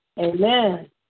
Amen